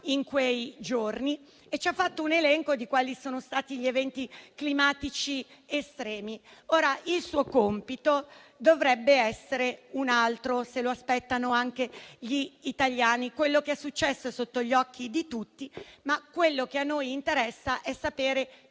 in quei giorni - e ci ha fatto un elenco di quali sono stati gli eventi climatici estremi. Il suo compito dovrebbe essere un altro, e se lo aspettano anche gli italiani: quello che è successo è sotto gli occhi di tutti, ma quello che a noi interessa è sapere